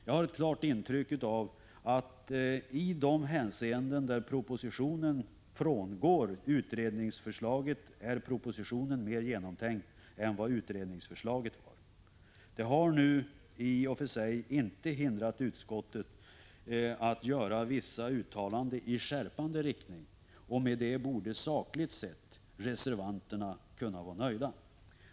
Jag har ett klart intryck av att i de hänseenden där propositionen frångår utredningsförslaget är propositionen mer genomtänkt än vad utredningsförslaget var. Det har nu i och för sig inte hindrat utskottet att göra vissa uttalanden i skärpande riktning, och med det borde sakligt sett reservanterna kunna vara nöjda.